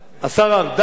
השר ארדן.